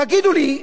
תגידו לי,